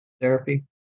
Therapy